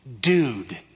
dude